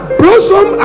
blossom